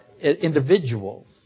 individuals